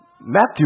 Matthew